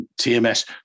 TMS